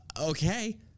okay